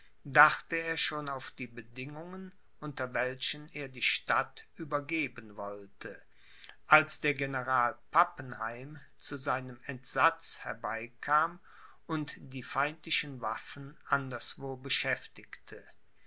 dachte er schon auf die bedingungen unter welchen er die stadt übergeben wollte als der general pappenheim zu seinem entsatz herbeikam und die feindlichen waffen anderswo beschäftigte